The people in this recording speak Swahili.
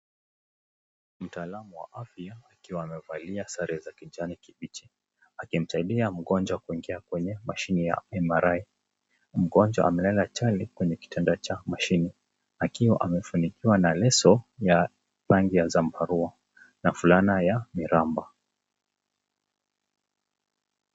Mtaluma wa afya akiwaamevalia sare za kijani kibichi, akimsaidia mgonjwa kuingia kwenye mashini ya MRI.Mgonjwa amelala Chali kwenye kitanda Cha mashini akiwa amefunikwa na leso ya rangi ya zambarau na fulana ya miraba.